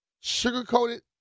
sugar-coated